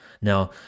Now